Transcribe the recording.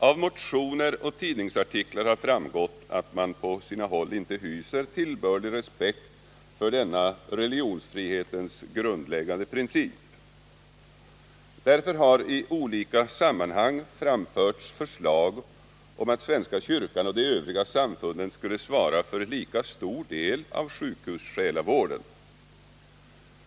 Av motioner och tidningsartiklar har framgått att man på sina håll inte hyser tillbörlig respekt för religionsfrihetens grundläggande princip. Därför har i olika sammanhang framförts förslag om att svenska kyrkan och de övriga samfunden skulle svara för lika stor del av sjukhussjälavården.